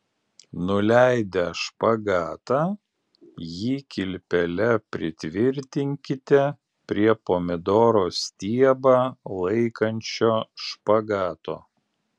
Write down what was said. nuleidę špagatą jį kilpele pritvirtinkite prie pomidoro stiebą laikančio špagato